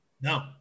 No